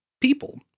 people